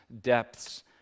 depths